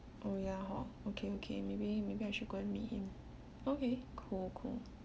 oh ya hor okay okay maybe maybe I should go and meet him okay cool cool